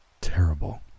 terrible